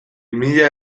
mila